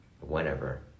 whenever